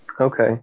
Okay